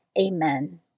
Amen